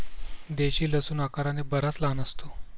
देशी लसूण आकाराने बराच लहान असतो